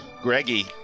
Greggy